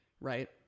right